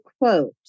quote